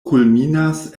kulminas